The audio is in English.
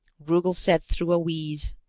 rugel said through a wheeze,